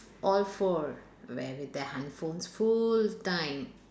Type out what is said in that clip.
all four wearing their handphones full time